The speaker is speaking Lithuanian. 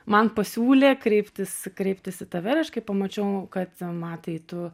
man pasiūlė kreiptis kreiptis į tave aš kai pamačiau kad matai tu